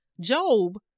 Job